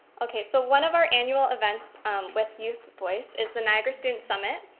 okay, so one of our annual events with youth voice is the niagara students' summit.